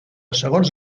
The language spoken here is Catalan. segons